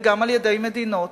וגם על-ידי מדינות.